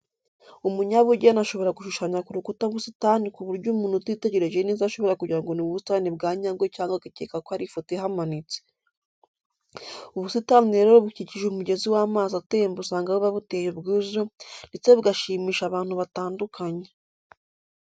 Umunyabugeni ashobora gushushanya ku rukuta ubusitani ku buryo umuntu atitegereje neza ashobora kugira ngo ni ubusitani bwa nyabwo cyangwa agakeka ko ari ifoto ihamanitse. Ubusitani rero bukikije umugezi w'amazi atemba usanga buba buteye ubwuzu ndetse bugashishimisha abantu batandukanye.